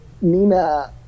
nina